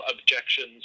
objections